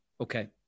Okay